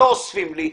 לא אוספים לי אשפה,